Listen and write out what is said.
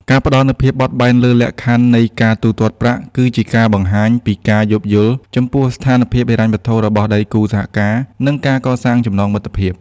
ការផ្តល់នូវភាពបត់បែនលើលក្ខខណ្ឌនៃការទូទាត់ប្រាក់ គឺជាការបង្ហាញពីការយោគយល់ចំពោះស្ថានភាពហិរញ្ញវត្ថុរបស់ដៃគូសហការ និងការកសាងចំណងមិត្តភាព។